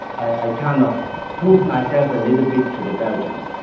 i kind of proved myself a little bit to the belgians,